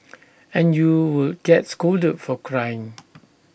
and you would get scolded for crying